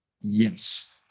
yes